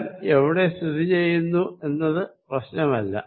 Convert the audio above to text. തലം എവിടെ സ്ഥിതി ചെയ്യുന്നു എന്നത് പ്രശ്നമല്ല